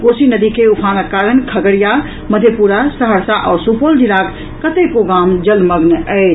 कोसी नदी के उफानक कारण खगड़िया मधेप्रा सहरसा आ सुपौल जिलाक कतेको गाम जलमग्न अछि